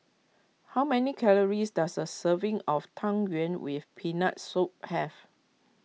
how many calories does a serving of Tang Yuen with Peanut Soup have